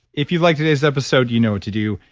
if you liked today's episode you know what to do.